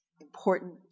important